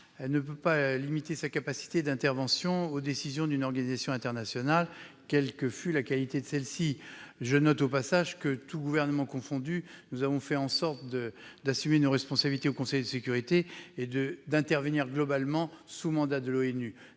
elle ne peut pas lier sa capacité d'intervention aux décisions d'une organisation internationale, quelle que fût la qualité de celle-ci. J'observe au passage que, tous gouvernements confondus, notre pays fait en sorte d'assumer ses responsabilités au sein du Conseil de sécurité et d'intervenir la plupart du temps sous mandat de l'ONU.